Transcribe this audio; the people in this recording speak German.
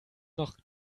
noch